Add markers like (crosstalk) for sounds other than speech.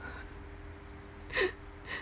(laughs)